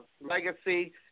legacy –